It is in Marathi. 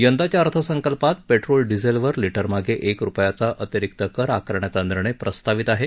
यंदाच्या अर्थसंकल्पात पेट्रोल डिझेलवर लि उमागे एक रुपयाचा अतिरीक्त कर आकारण्याचा निर्णय प्रस्तावित आहे